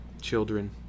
children